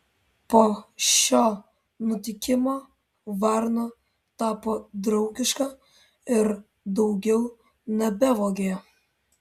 po šio nutikimo varna tapo draugiška ir daugiau nebevogė